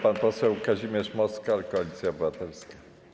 Pan poseł Kazimierz Moskal, Koalicja Obywatelska.